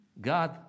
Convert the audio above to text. God